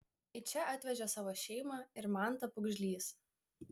į čia atvežė savo šeimą ir mantą pūgžlys